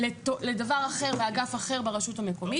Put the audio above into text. לדבר אחר באגף אחר ברשות המקומית.